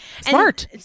Smart